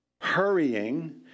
hurrying